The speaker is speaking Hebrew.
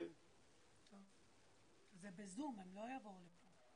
זה בזום, הם לא יבואו לפה.